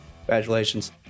congratulations